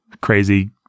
crazy